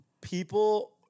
People